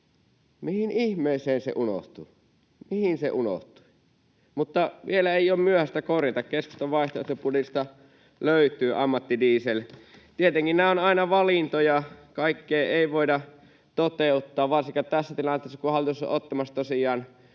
Mihin ihmeeseen se unohtui? Mihin se unohtui? Mutta vielä ei ole myöhäistä korjata. Keskustan vaihtoehtobudjetista löytyy ammattidiesel. Tietenkin nämä ovat aina valintoja. Kaikkea ei voida toteuttaa varsinkaan tässä tilanteessa, kun hallitus on ottamassa tosiaan